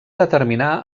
determinà